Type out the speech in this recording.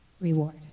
reward